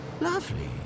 Lovely